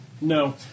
No